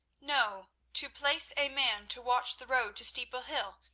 no. to place a man to watch the road to steeple hill,